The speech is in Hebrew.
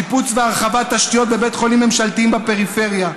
שיפוץ והרחבת תשתיות בבתי חולים ממשלתיים בפריפריה.